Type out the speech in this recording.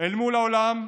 אל מול העולם,